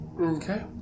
Okay